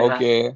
Okay